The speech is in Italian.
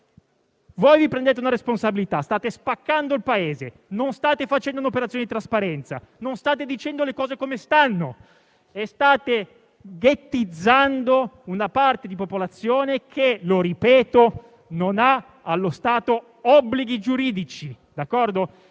voi vi assumete una responsabilità. State spaccando il Paese. Non state facendo un'operazione di trasparenza. Non state dicendo le cose come stanno e state ghettizzando una parte di popolazione che, lo ripeto, allo stato non ha obblighi giuridici.